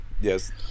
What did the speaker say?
Yes